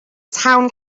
town